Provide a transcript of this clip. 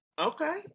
Okay